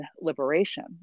liberation